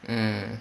mm